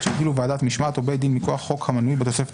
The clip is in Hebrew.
שהטילו ועדת משמעת או בית דין מכוח חוק המנוי בתוספת